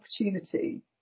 opportunity